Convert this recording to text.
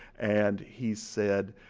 and he said,